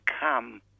come